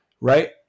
right